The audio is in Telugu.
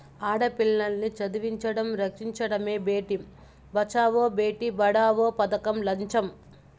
ఆడపిల్లల్ని చదివించడం, రక్షించడమే భేటీ బచావో బేటీ పడావో పదకం లచ్చెం